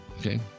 okay